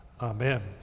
Amen